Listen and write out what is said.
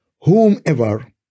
whomever